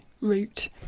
route